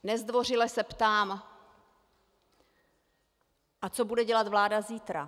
Nezdvořile se ptám a co bude dělat vláda zítra?